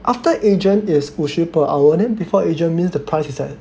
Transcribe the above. wait after agent is 五十 per hour then before agent means the price is at